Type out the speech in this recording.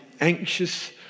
anxious